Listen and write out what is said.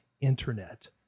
internet